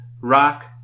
rock